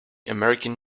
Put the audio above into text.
american